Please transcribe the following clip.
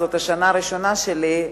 זאת השנה הראשונה שלי,